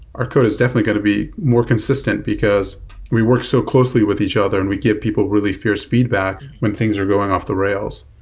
our code is definitely going to be more consistent, because we work so closely with each other and we give people really fierce feedback when things are going off the rails.